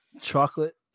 Chocolate